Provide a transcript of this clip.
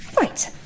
Right